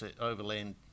overland